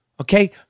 okay